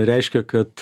reiškia kad